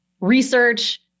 research